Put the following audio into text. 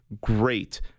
Great